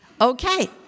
Okay